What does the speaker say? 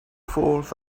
forth